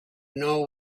know